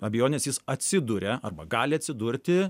abejonės jis atsiduria arba gali atsidurti